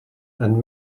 and